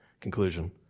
conclusion